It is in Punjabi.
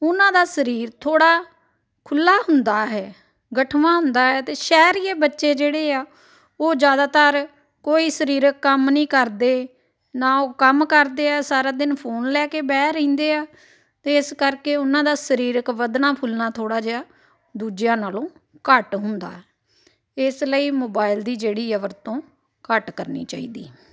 ਉਹਨਾਂ ਦਾ ਸਰੀਰ ਥੋੜ੍ਹਾ ਖੁੱਲ੍ਹਾ ਹੁੰਦਾ ਹੈ ਗਠਵਾਂ ਹੁੰਦਾ ਹੈ ਅਤੇ ਸ਼ਹਿਰੀਏ ਬੱਚੇ ਜਿਹੜੇ ਆ ਉਹ ਜ਼ਿਆਦਾਤਰ ਕੋਈ ਸਰੀਰਕ ਕੰਮ ਨਹੀਂ ਕਰਦੇ ਨਾ ਉਹ ਕੰਮ ਕਰਦੇ ਆ ਸਾਰਾ ਦਿਨ ਫੋਨ ਲੈ ਕੇ ਬਹਿ ਰਹਿੰਦੇ ਆ ਅਤੇ ਇਸ ਕਰਕੇ ਉਹਨਾਂ ਦਾ ਸਰੀਰਕ ਵੱਧਣਾ ਫੁੱਲਣਾ ਥੋੜ੍ਹਾ ਜਿਹਾ ਦੂਜਿਆਂ ਨਾਲੋਂ ਘੱਟ ਹੁੰਦਾ ਇਸ ਲਈ ਮੋਬਾਇਲ ਦੀ ਜਿਹੜੀ ਆ ਵਰਤੋਂ ਘੱਟ ਕਰਨੀ ਚਾਹੀਦੀ